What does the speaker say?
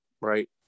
right